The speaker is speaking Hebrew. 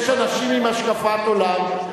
יש אנשים עם השקפת עולם.